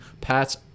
pats